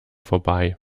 vorbei